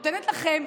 אני נותנת לכם,